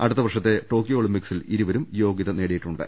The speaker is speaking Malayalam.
അടുത്ത വർഷത്തെ ടോക്യോ ഒളിമ്പിക്സിൽ ഇരുവരും യോഗൃത നേടിയിട്ടുണ്ട്